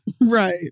Right